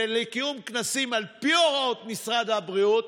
ולקיים כנסים על פי הוראות משרד הבריאות